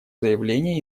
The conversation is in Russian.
заявление